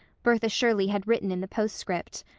bertha shirley had written in the postscript.